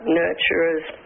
nurturers